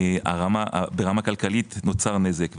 ברמה כלכלית נוצר נזק.